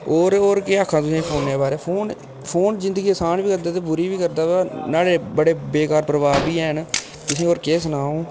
होर होर केह् आक्खां तुसें गी फोनै दे बारे च फोन फोन जिंदगी असान बी करदा ते बुरी बी करदा बा न्हाड़े बड़े बेकार प्रभाव बी हैन तुसें ईं होर केह् सनांऽ अ'ऊं